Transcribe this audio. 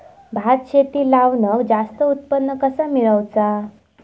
भात शेती लावण जास्त उत्पन्न कसा मेळवचा?